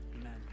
Amen